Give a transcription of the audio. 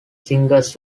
singers